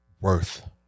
worth